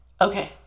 Okay